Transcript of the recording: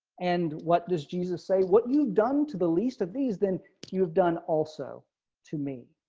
and what does jesus say what you've done to the least of these, then you've done also to me.